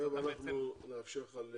תכף אנחנו נאפשר לך.